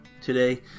Today